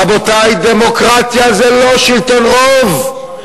רבותי, דמוקרטיה זה לא שלטון רוב.